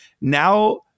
Now